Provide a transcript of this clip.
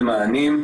נוספו עוד מענים,